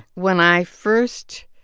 when i first